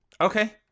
Okay